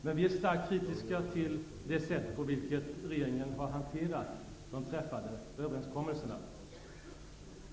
Men vi är starkt kritiska till det sätt på vilket regeringen har hanterat de träffade överenskommelserna.